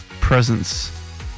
presence